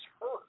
hurt